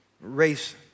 race